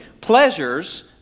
Pleasures